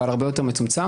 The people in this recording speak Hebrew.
אבל הרבה יותר מצומצם,